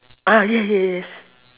ah yeah yeah yes